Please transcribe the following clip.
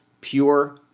pure